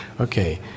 Okay